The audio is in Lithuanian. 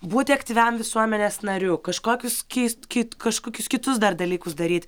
būti aktyviam visuomenės nariu kažkokius keist kažkokius kitus dar dalykus daryt